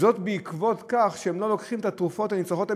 בעקבות כך שהם לא לוקחים את התרופות הנצרכות,